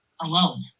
alone